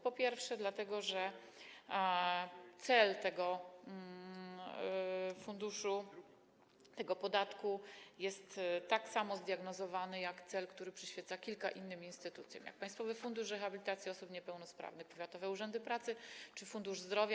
Po pierwsze, dlatego że cel tego funduszu, tego podatku jest tak samo sformułowany jak cel, który przyświeca kilku innym instytucjom, takim jak Państwowy Fundusz Rehabilitacji Osób Niepełnosprawnych, powiatowe urzędy pracy czy fundusz zdrowia.